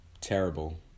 Terrible